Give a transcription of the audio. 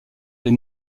les